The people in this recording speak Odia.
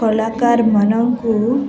କଳାକାରମାନଙ୍କୁ